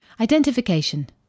identification